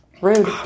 Rude